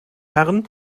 herren